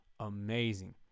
Amazing